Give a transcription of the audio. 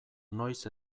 noiz